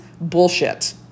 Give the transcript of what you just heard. bullshit